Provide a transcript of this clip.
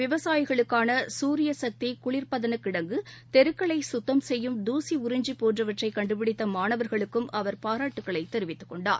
விவசாயிகளுக்கானசூரியசக்திகுளிர்பதனக் மேலம் கிடங்கு தெருக்களைசுத்தம் செய்யும் தூசிஉறிஞ்சிபோன்றவற்றைகண்டுபிடித்தமாணவர்களுக்கும் அவர் பாராட்டுகளைதெரிவித்துக் கொண்டார்